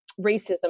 racism